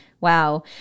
Wow